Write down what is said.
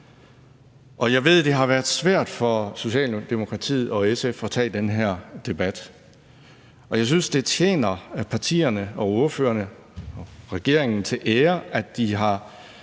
Jeg ved, at det har været svært for Socialdemokratiet og SF at tage den her debat, og jeg synes, det tjener partierne, ordførerne og regeringen til ære, at de har